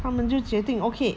他们就决定 okay